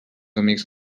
amics